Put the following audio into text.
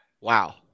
Wow